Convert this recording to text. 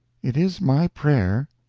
it is my prayer,